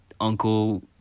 uncle